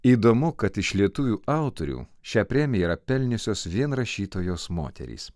įdomu kad iš lietuvių autorių šią premjerą yra pelniusios vien rašytojos moterys